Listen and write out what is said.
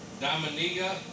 dominica